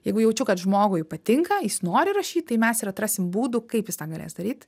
jeigu jaučiu kad žmogui patinka jis nori rašyt tai mes ir atrasim būdų kaip jis tą galės daryt